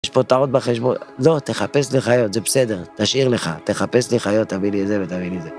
‫יש פה טעות בחשבון. ‫לא, תחפש לי חיות, זה בסדר. ‫תשאיר לך, תחפש לי חיות, ‫תביא לי את זה ותביא לי את זה.